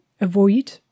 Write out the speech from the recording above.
avoid